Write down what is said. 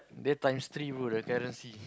they times three bro the currency